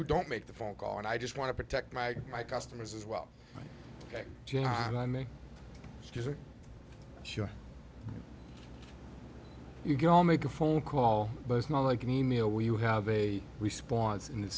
who don't make the phone call and i just want to protect my customers as well and i make sure you go make a phone call but it's not like an e mail where you have a response and it's